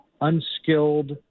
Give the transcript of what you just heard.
unskilled